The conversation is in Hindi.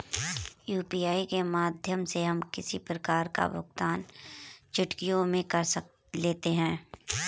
यू.पी.आई के माध्यम से हम किसी प्रकार का भुगतान चुटकियों में कर लेते हैं